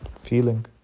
feeling